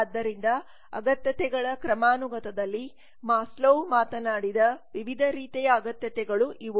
ಆದ್ದರಿಂದ ಅಗತ್ಯತೆಗಳ ಕ್ರಮಾನುಗತದಲ್ಲಿ ಮಾಸ್ಲೋವ್ ಮಾತನಾಡಿದ ವಿವಿಧ ರೀತಿಯ ಅಗತ್ಯತೆಗಳು ಇವು